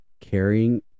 carrying